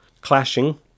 clashing